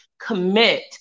commit